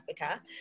Africa